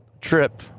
trip